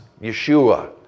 Yeshua